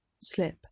Slip